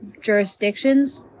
jurisdictions